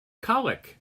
colic